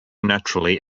naturally